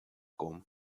kom